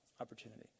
opportunity